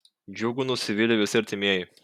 džiugu nusivylė visi artimieji